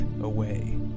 away